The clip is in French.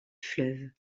fleuve